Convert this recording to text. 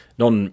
non